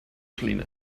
cleaner